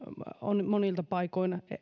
on monin paikoin